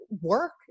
work